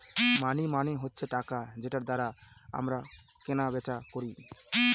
মানি মানে হচ্ছে টাকা যেটার দ্বারা আমরা কেনা বেচা করি